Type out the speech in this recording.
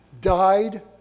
died